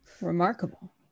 remarkable